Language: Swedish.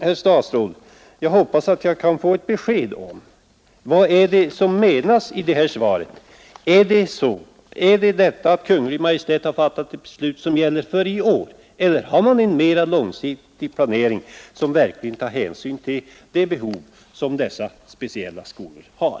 Herr statsråd, jag hoppas att jag kan få ett besked om vad som menas i det här svaret. Är det detta att Kungl. Maj:t har fattat ett beslut som gäller för i år eller har man en mera långsiktig planering som verkligen tar hänsyn till de behov som dessa speciella skolor har?